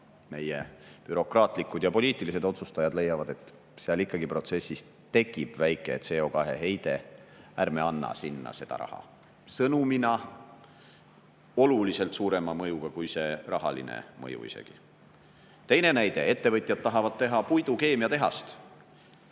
meie bürokraatlikud ja poliitilised otsustajad leiavad, et seal ikkagi protsessis tekib väike CO2-heide, nii et ärme anname sinna raha. Sõnumina on see oluliselt suurema mõjuga kui see rahaline mõju ise. Teine näide, ettevõtjad tahavad teha puidukeemiatehast.